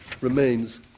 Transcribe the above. remains